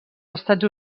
estats